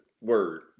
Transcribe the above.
word